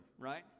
right